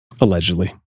Allegedly